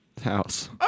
house